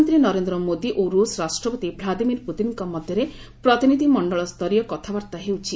ପ୍ରଧାନମନ୍ତ୍ରୀ ନରେନ୍ଦ୍ର ମୋଦି ଓ ରୁଷ୍ ରାଷ୍ଟପତି ଭ୍ରାଦିମିର୍ ପ୍ରତିନ୍ଙ୍କ ମଧ୍ୟରେ ପ୍ରତିନିଧ୍ୟ ମଣ୍ଡଳସ୍ତରୀୟ କଥାବାର୍ତ୍ତା ହେଉଛି